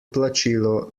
plačilo